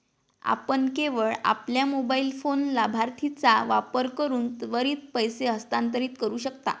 आपण केवळ आपल्या मोबाइल फोन लाभार्थीचा वापर करून त्वरित पैसे हस्तांतरित करू शकता